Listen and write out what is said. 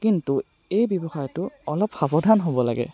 কিন্তু এই ব্যৱসায়টোত অলপ সাৱধান হ'ব লাগে